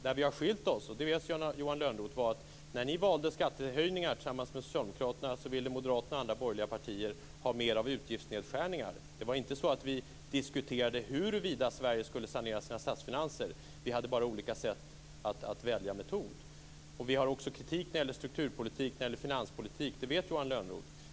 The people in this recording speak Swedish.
Där vi har skilt oss - det vet Johan Lönnroth - är att när ni valde skattehöjningar tillsammans med Socialdemokraterna ville Moderaterna och andra borgerliga partier ha mer av utgiftsnedskärningar. Vi diskuterade inte huruvida Sverige skulle sanera sina statsfinanser, utan vi hade bara olika sätt att välja metod. Vi har också kritik när det gäller strukturpolitik och när det gäller finanspolitik. Det vet Johan Lönnroth.